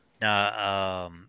Now